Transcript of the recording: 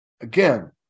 again